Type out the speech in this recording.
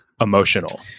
emotional